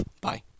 Bye